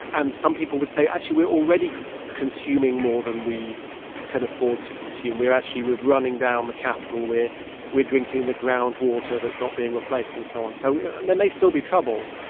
and some people would say, actually, we're already consuming more than we can afford to consume. we're actually running down the capital. we're we're drinking the groundwater that's not being replaced and so on. so and there may still be trouble.